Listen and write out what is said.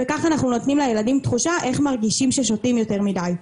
וכך אנחנו נותנים לילדים תחושה איך מרגישים כששותים יותר מידיי.